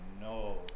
no